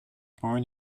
born